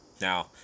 now